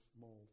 mold